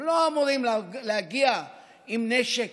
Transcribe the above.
הם לא אמורים להגיע עם נשק,